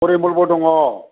फरिमलबो दङ